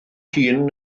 hun